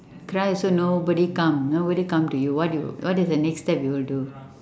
cry also nobody come nobody come to you what you what is the next step you will do